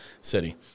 City